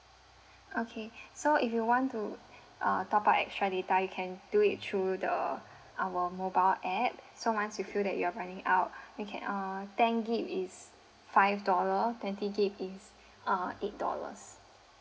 okay so if you want to uh top up extra data you can do it through the our mobile app so once you feel that you're running out you can uh ten G_B is five dollar twenty G_B is uh eight dollars